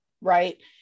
Right